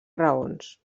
raons